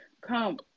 Come